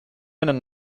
einen